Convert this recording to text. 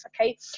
okay